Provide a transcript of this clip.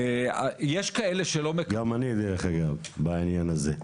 יש כאלה שלא מקבלים גם אני דרך אגב בעניין הזה.